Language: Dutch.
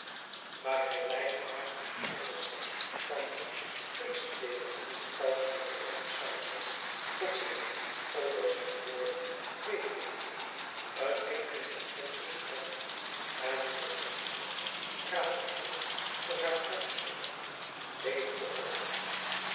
maar hij leidde haar in al het exuberante kunstleven van de pauselijke renaissance tot zij het onder zijn woorden meêleefde een enkele intense seconde en michelangelo rafaël voor haar uitstonden levende ook